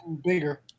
bigger